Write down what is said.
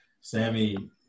Sammy